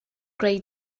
greu